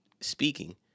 speaking